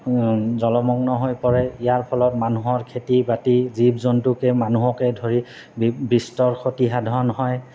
জলমগ্ন হৈ পৰে ইয়াৰ ফলত মানুহৰ খেতি বাতি জীৱ জন্তুকে মানুহকে ধৰি বিস্তৰ ক্ষতি সাধন হয়